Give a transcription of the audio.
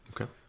Okay